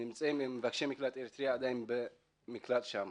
נמצאים מבקשי מקלט מאריתריאה עדיין במקלט שם.